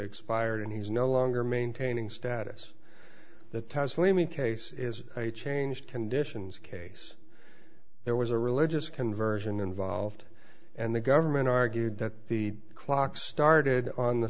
expired and he's no longer maintaining status that taslima case is a change conditions case there was a religious conversion involved and the government argued that the clock started on the